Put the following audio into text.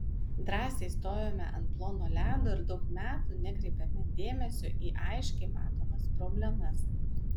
drąsiai stojome ant plono ledo ir daug metų nekreipėme dėmesio į aiškiai matomas problemas